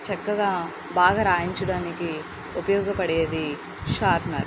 చక్కగా బాగా రాయించడానికి ఉపయోగపడేది షార్ప్నర్